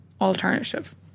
alternative